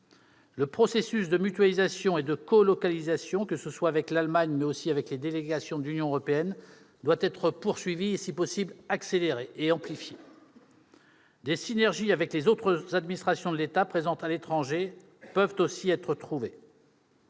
Le processus de mutualisation et de colocalisation, que ce soit avec l'Allemagne, mais aussi avec les délégations de l'Union européenne, doit être poursuivi, voire, si c'est possible, accéléré et amplifié. Des synergies avec les autres administrations de l'État présentes à l'étranger peuvent aussi être trouvées.